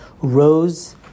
rose